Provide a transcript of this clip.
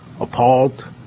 appalled